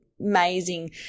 amazing